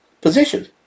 position